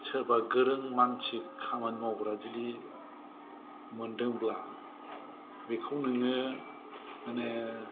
सोरबा गोरों मानसि खामानि मावग्रा जुदि मोनदोंब्ला बेखौ नोङो माने